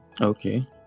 okay